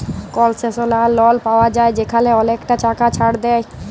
কলসেশলাল লল পাউয়া যায় যেখালে অলেকটা টাকা ছাড় দেয়